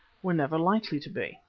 were never likely to be.